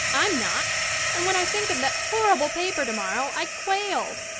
i'm not and when i think of that horrible paper tomorrow i quail.